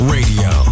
Radio